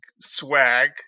swag